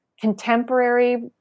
contemporary